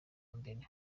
mbere